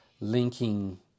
linking